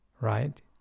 right